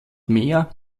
meer